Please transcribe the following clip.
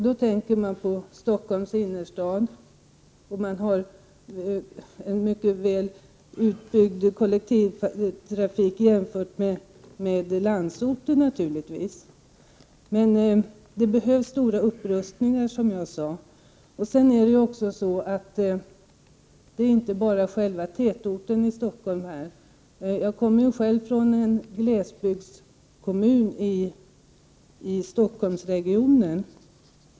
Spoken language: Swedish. Då tänker ni på Stockholms innerstad, som har en mycket väl utbyggd kollektivtrafik jämfört med den som finns i landsorten naturligtvis. Men det behövs stora upprustningar, som sagt. Det är inte bara tätorten Stockholm det handlar om. Jag kommer själv från en glesbygdskommun i Stockholmsregionen.